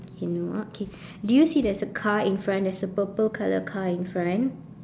okay no ah okay do you see there's a car in front there's a purple colour car in front